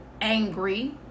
angry